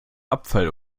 abfall